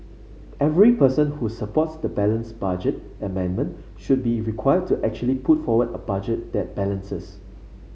every person who supports the balanced budget amendment should be required to actually put forward a budget that balances